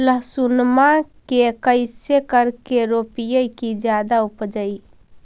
लहसूनमा के कैसे करके रोपीय की जादा उपजई?